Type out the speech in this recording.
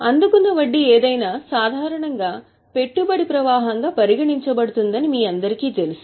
అందుకున్న వడ్డీ ఏదైనా సాధారణంగా పెట్టుబడి ప్రవాహంగా పరిగణించబడుతుందని మీ అందరికీ తెలుసు